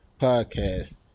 Podcast